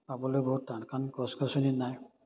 পাবলৈ বহুত টান কাৰণ গছ গছনি নাই